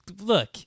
Look